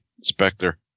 Spectre